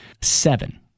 Seven